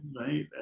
right